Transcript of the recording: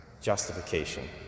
justification